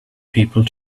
people